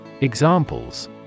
Examples